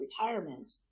retirement